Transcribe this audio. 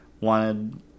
wanted